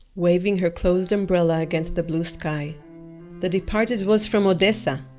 waving her closed umbrella against the blue sky the departed was from odessa,